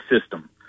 system